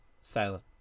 Silent